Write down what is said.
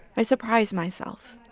i surprise myself.